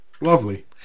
Lovely